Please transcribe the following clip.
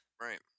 Right